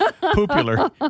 Popular